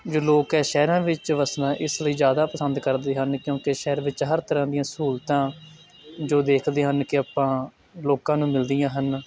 ਜੇ ਲੋਕ ਹੈ ਸ਼ਹਿਰਾਂ ਵਿੱਚ ਵਸਣਾ ਇਸ ਲਈ ਜ਼ਿਆਦਾ ਪਸੰਦ ਕਰਦੇ ਹਨ ਕਿਉਂਕਿ ਸ਼ਹਿਰ ਵਿੱਚ ਹਰ ਤਰ੍ਹਾਂ ਦੀਆਂ ਸਹੂਲਤਾਂ ਜੋ ਦੇਖਦੇ ਹਨ ਕਿ ਆਪਾਂ ਲੋਕਾਂ ਨੂੰ ਮਿਲਦੀਆਂ ਹਨ